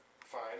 fine